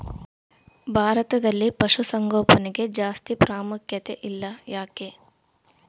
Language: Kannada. ಭಾರತದಲ್ಲಿ ಪಶುಸಾಂಗೋಪನೆಗೆ ಜಾಸ್ತಿ ಪ್ರಾಮುಖ್ಯತೆ ಇಲ್ಲ ಯಾಕೆ?